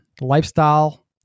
lifestyle